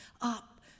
up